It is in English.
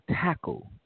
tackle